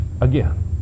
again